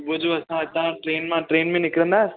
सुबुहु जो असां हितां ट्रेन मां ट्रेन में निकिरंदा